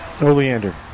Oleander